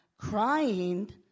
crying